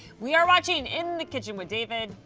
we are watching in the kitchen with david.